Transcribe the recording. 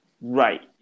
Right